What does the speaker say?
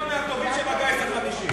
טוב מהטובים שבגיס החמישי.